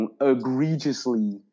egregiously